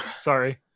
Sorry